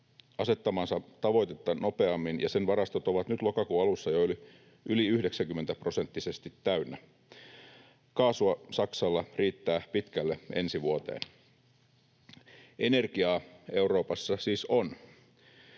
asettamaansa tavoitetta nopeammin, ja sen varastot ovat nyt lokakuun alussa jo yli 90-prosenttisesti täynnä. Kaasua Saksalla riittää pitkälle ensi vuoteen. Energiaa Euroopassa siis on.